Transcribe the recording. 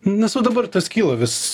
nes va dabar tas kyla vis